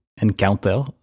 encounter